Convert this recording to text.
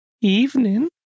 Evening